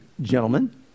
Gentlemen